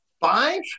Five